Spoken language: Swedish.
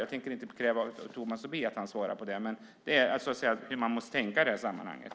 Jag tänker inte kräva att Tomas Tobé svarar på det, men det är så man måste tänka i det här sammanhanget.